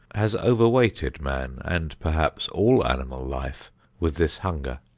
has overweighted man and perhaps all animal life with this hunger.